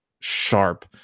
sharp